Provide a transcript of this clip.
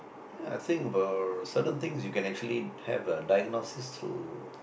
ya I think about certain things you can actually have a diagnosis to